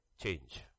change